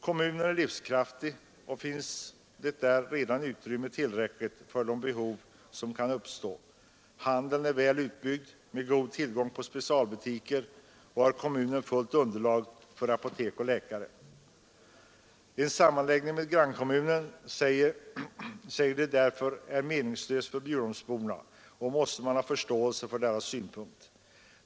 Kommunen är livskraftig och där finns redan tillräckligt utrymme för de behov som kan uppstå. Handeln är väl utbyggd med god tillgång på specialbutiker, och kommunen har fullt underlag för apotek och läkare. En sammanläggning med grannkommunen är meningslös för oss, säger Bjurholmsborna, och man måste ha förståelse för deras synpunkter.